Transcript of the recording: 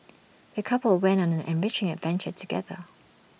the couple went on an enriching adventure together